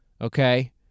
okay